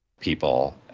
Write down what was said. people